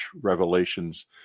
revelations